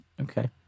okay